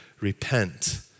repent